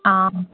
অঁ